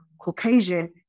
Caucasian